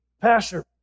Pastor